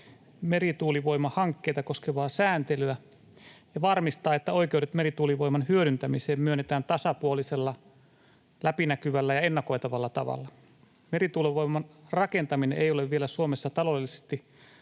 merituulivoimahankkeita koskevaa sääntelyä ja varmistaa, että oikeudet merituulivoiman hyödyntämiseen myönnetään tasapuolisella, läpinäkyvällä ja ennakoitavalla tavalla. Merituulivoiman rakentaminen ei ole Suomessa vielä taloudellisesti